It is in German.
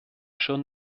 schon